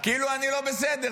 כאילו אני לא בסדר.